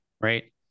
Right